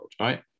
right